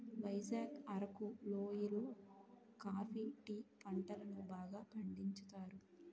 వైజాగ్ అరకు లోయి లో coffee tea పంటలను బాగా పండించుతారు